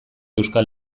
euskal